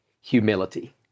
humility